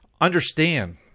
understand